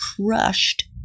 crushed